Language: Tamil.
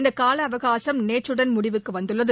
இந்த கால அவகாசம் நேற்றுடன் முடிவுக்கு வந்துள்ளது